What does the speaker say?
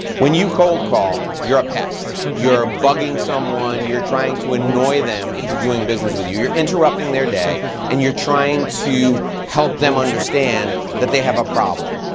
when you cold call, you're a pest. you're bugging someone, you're trying to annoy them into doing business with you. you're interrupting their day and you're trying to help them understand that they have a problem.